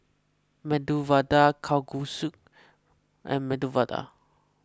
Medu Vada Kalguksu and Medu Vada